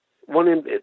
one